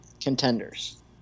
contenders